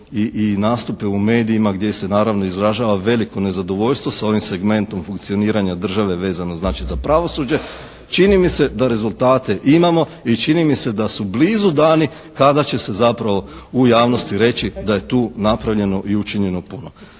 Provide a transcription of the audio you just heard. i nastupe u medijima gdje se naravno izražava veliko nezadovoljstvo s ovim segmentom funkcioniranja države vezano znači za pravosuđe čini mi se da rezultate imamo i čini mi se da su blizu dani kada će se zapravo u javnosti reći da je tu napravljeno i učinjeno puno.